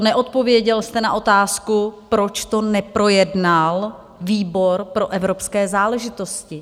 Neodpověděl jste na otázku, proč to neprojednal výbor pro evropské záležitosti.